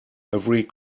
every